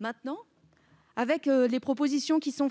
grâce à ces propositions, notamment